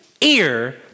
ear